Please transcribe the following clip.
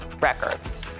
records